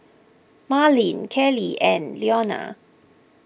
Marleen Kellie and Ilona